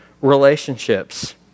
relationships